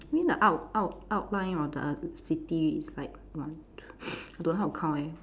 you mean the out~ out~ outline of the city is like one I don't know how to count leh